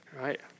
right